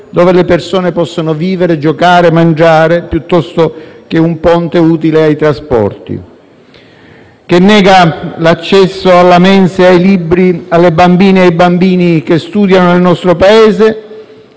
dove le persone possono vivere, giocare e mangiare, piuttosto che un ponte utile ai trasporti; che nega l'accesso alla mensa e ai libri alle bambine e ai bambini che studiano nel nostro Paese;